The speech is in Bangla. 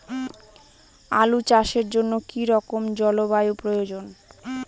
আলু চাষের জন্য কি রকম জলবায়ুর প্রয়োজন?